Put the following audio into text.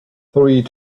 three